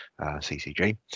ccg